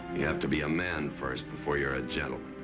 you have to be a man first before you're a gentleman.